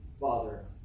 Father